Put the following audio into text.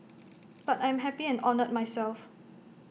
but I'm happy and honoured myself